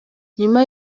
nyuma